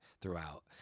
throughout